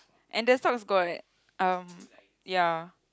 and the socks got um ya